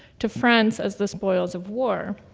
to france as the spoils of war.